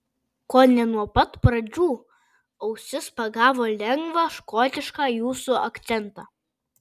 kone nuo pat pradžių ausis pagavo lengvą škotišką jūsų akcentą